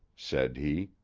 said he,